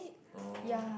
oh